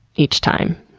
each time.